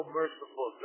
merciful